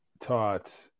taught